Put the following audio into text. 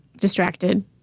distracted